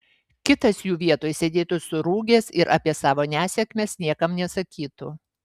kitas jų vietoj sėdėtų surūgęs ir apie savo nesėkmes niekam nesakytų